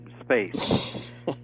space